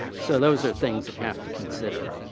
so those are things that you have to consider.